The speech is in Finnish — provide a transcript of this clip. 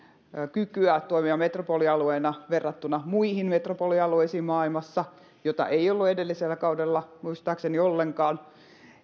kykyä toimia metropolialueena verrattuna muihin metropolialueisiin maailmassa mitä ei ollut edellisellä kaudella muistaakseni ollenkaan